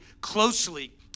closely